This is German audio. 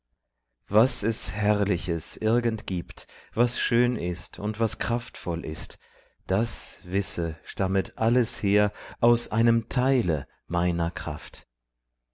was es herrliches irgend gibt was schön ist und was kraftvoll ist das wisse stammet alles her aus einem teile meiner kraft